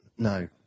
No